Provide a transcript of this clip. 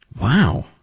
Wow